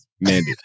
Mandy